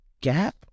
gap